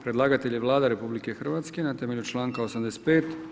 Predlagatelj je Vlada RH na temelju članka 85.